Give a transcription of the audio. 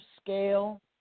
scale